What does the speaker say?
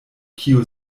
kiu